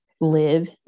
live